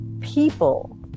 people